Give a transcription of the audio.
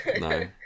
no